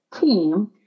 team